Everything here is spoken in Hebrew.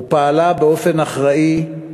ופעלה באופן אחראי,